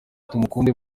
tumukunde